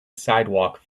sidewalk